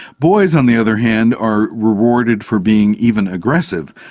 boys on the other hand are rewarded for being even aggressive,